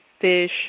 fish